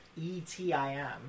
E-T-I-M